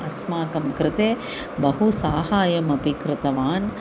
अस्माकं कृते बहु साहायमपि कृतवान्